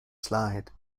slide